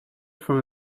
from